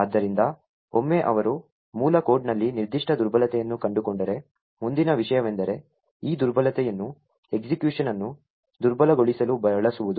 ಆದ್ದರಿಂದ ಒಮ್ಮೆ ಅವರು ಮೂಲ ಕೋಡ್ನಲ್ಲಿ ನಿರ್ದಿಷ್ಟ ದುರ್ಬಲತೆಯನ್ನು ಕಂಡುಕೊಂಡರೆ ಮುಂದಿನ ವಿಷಯವೆಂದರೆ ಈ ದುರ್ಬಲತೆಯನ್ನು ಎಸ್ಎಕ್ಯುಷನ್ಅನ್ನು ದುರ್ಬಲಗೊಳಿಸಲು ಬಳಸುವುದು